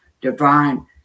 divine